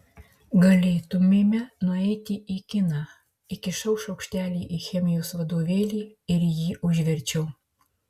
galėtumėme nueiti į kiną įkišau šaukštelį į chemijos vadovėlį ir jį užverčiau